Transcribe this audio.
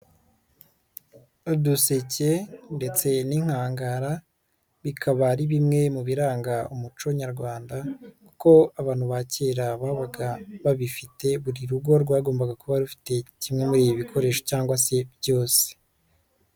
Uduseke ndetse n'inkangara bikaba ari bimwe mu biranga umuco nyarwanda kuko abantu ba kera babaga babifite buri rugo rwagombaga kuba rufite kimwe muri ibi bikoresho cyangwa se byose.